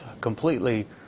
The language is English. completely